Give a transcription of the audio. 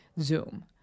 Zoom